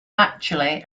actually